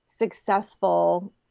successful